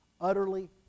Utterly